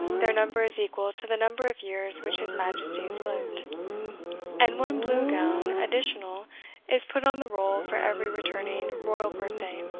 their number is equal to the number of years which his majesty has lived and one blue-gown additional is put on the roll for every returning royal birth-day.